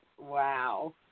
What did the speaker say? Wow